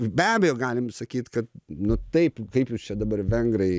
be abejo galim sakyt kad nu taip kaip jūs čia dabar vengrai